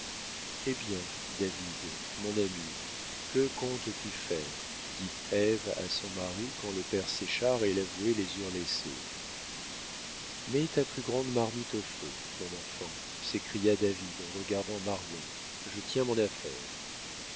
eh bien david mon ami que comptes-tu faire dit ève à son mari quand le père séchard et l'avoué les eurent laissés mets ta plus grande marmite au feu mon enfant s'écria david en regardant marion je tiens mon affaire